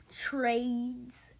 trades